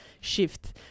shift